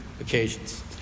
occasions